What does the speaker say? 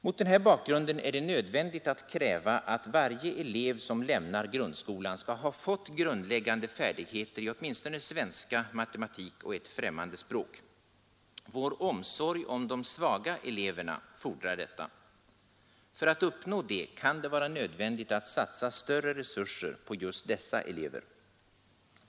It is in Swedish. Mot den här bakgrunden är det nödvändigt att kräva att varje elev som lämnar grundskolan skall ha fått grundläggande färdigheter i åtminstone svenska, matematik och ett främmande språk. Vår omsorg om eleverna fordrar detta. För att uppnå detta kan det vara nödvändigt att satsa större resurser på just dessa elever.